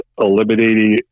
eliminating